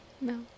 No